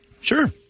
Sure